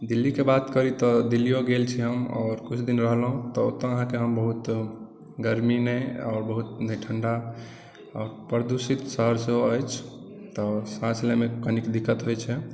दिल्लीके बात करि तऽ दिल्लिओ गेल छी हम आओर किछु दिन रहलहुँ तऽ ओतऽ अहाँकेँ हम बहुत गर्मी नहि आओर नहि बहुत ठण्डा आओर प्रदुषित शहर सेहो अछि तऽ साँस लएमे कनिक दिक्कत होइत छै